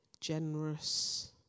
generous